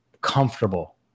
comfortable